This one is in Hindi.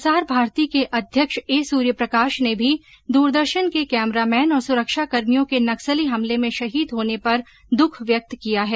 प्रसार भारती के अध्यक्ष ए सूर्यप्रकाश ने भी दूरदर्शन के कैमरामैन और सुरक्षाकर्मियों के नक्सली हमले में शहीद होने पर दुख व्यक्त किया है